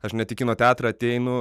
aš net tik kino teatrą ateinu